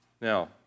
Now